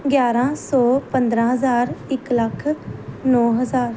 ਗਿਆਰਾਂ ਸੌ ਪੰਦਰਾਂ ਹਜ਼ਾਰ ਇੱਕ ਲੱਖ ਨੌਂ ਹਜ਼ਾਰ